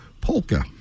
Polka